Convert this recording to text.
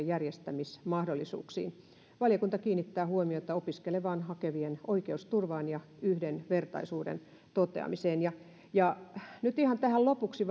järjestämismahdollisuuksiin valiokunta kiinnittää huomiota opiskelemaan hakevien oikeusturvaan ja yhdenvertaisuuden toteamiseen nyt ihan tähän lopuksi